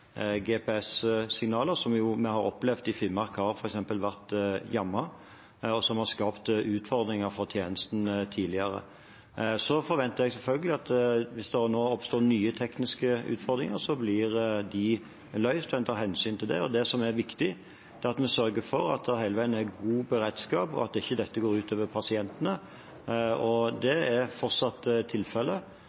i Finnmark f.eks. har opplevd har vært jammet, og som har skapt utfordringer for tjenesten tidligere. Jeg forventer selvfølgelig at hvis det oppstår nye tekniske utfordringer, blir de løst, og at en tar hensyn til det. Det som er viktig, er at vi sørger for at det hele veien er god beredskap, og at dette ikke går ut over pasientene. Det er fortsatt tilfellet